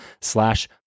slash